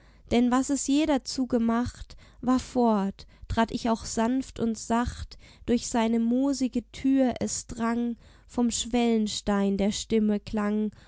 denn was es je dazu gemacht war fort trat ich auch sanft und sacht durch seine moosige tür es drang vom schwellenstein der stimme klang